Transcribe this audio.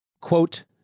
Quote